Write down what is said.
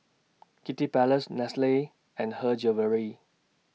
Kiddy Palace Nestle and Her Jewellery